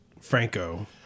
Franco